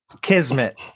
kismet